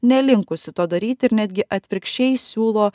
nelinkusi to daryti ir netgi atvirkščiai siūlo